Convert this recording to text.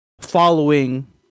following